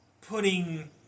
putting